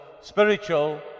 spiritual